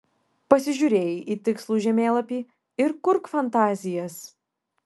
pasižiūrėjai į tikslų žemėlapį ir kurk fantazijas